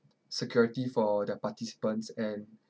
security for their participants and